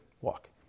walk